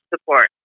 support